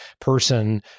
person